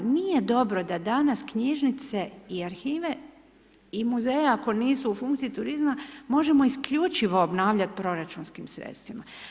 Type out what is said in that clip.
Nije dobro da danas knjižnice i arhive i muzeji ako nisu u funkciji turizma možemo isključivo obnavljati proračunskim sredstvima.